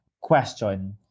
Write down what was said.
question